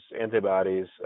antibodies